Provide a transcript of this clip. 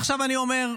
ועכשיו אני אומר: